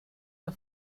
der